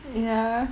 ya